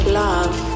love